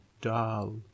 dull